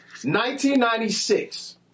1996